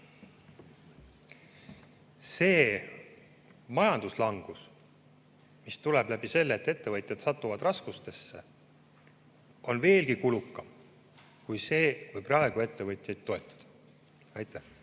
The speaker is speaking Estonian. Sest majanduslangus, mis tuleb läbi selle, et ettevõtjad satuvad raskustesse, on veelgi kulukam kui see, kui me praegu ettevõtjaid toetame. Aitäh!